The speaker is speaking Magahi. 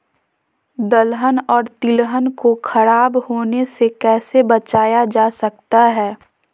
दलहन और तिलहन को खराब होने से कैसे बचाया जा सकता है?